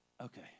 okay